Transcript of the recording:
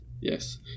yes